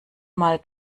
mal